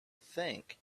think